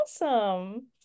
Awesome